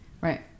Right